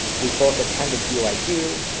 we both attended byu.